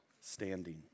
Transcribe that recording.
standing